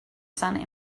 sun